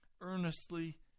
earnestly